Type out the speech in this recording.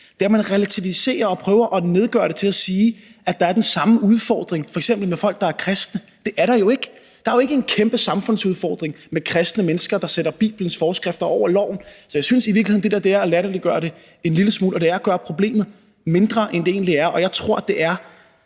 Det er, at man relativiserer og prøver at nedgøre det ved at sige, at der er den samme udfordring f.eks. med folk, der er kristne. Det er der jo ikke. Der er jo ikke en kæmpe samfundsudfordring med kristne mennesker, der sætter Bibelens forskrifter over loven. Så jeg synes i virkeligheden, at det der er at latterliggøre det en lille smule, og det er at gøre problemet mindre, end det egentlig er. Jeg tror, det er